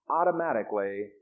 automatically